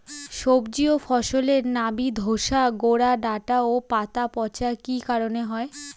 সবজি ও ফসলে নাবি ধসা গোরা ডাঁটা ও পাতা পচা কি কারণে হয়?